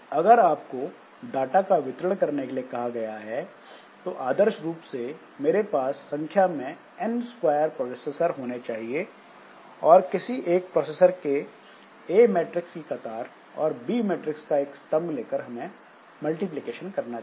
अगर आपको डाटा का वितरण करने के लिए कहा गया है तो आदर्श रूप से मेरे पास संख्या में N स्क्वायर प्रोसेसर होने चाहिए और किसी एक प्रोसेसर के A मैट्रिक्स की एक कतार और B मैट्रिक्स का एक स्तम्भ लेकर हमें मल्टीप्लिकेशन करना चाहिए